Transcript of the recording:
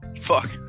Fuck